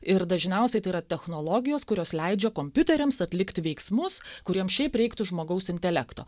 ir dažniausiai tai yra technologijos kurios leidžia kompiuteriams atlikti veiksmus kuriem šiaip reiktų žmogaus intelekto